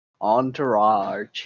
Entourage